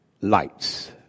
lights